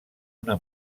una